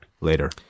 later